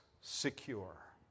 secure